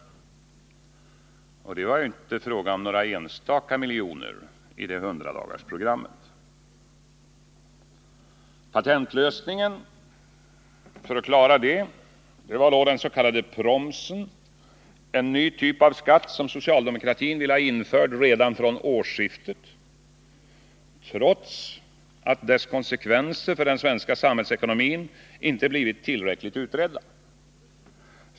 Patentlösningen för att klara detta var då den s.k. promsen, en ny typ av skatt som socialdemokratin vill ha införd redan från årsskiftet, trots att dess konsekvenser för den svenska samhällsekonomin inte blivit tillräckligt utredda.